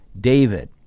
David